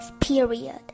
period